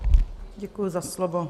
Děkuji za slovo.